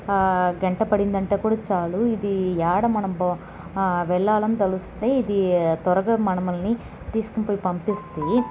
గంట పడిందంటే కూడా చాలు ఇది ఏడ మనం పో వెళ్లాలని తలుస్తే ఇది త్వరగా మనం మనల్ని తీసుకునిపోయి పంపిస్తుంది